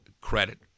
credit